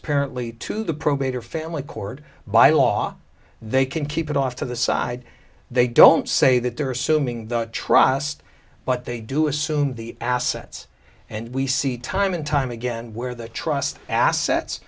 sparently to the probate or family court by law they can keep it off to the side they don't say that they're assuming the trust but they do assume the assets and we see time and time again where the trust assets